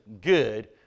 good